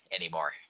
anymore